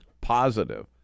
positive